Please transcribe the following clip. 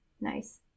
Nice